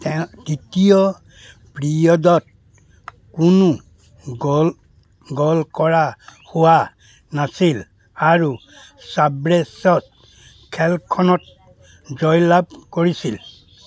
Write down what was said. তৃতীয় পিৰিয়ডত কোনো গ'ল গ'ল কৰা হোৱা নাছিল আৰু ছাব্ৰেছে খেলখনত জয়লাভ কৰিছিল